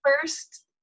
first